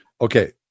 Okay